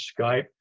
Skype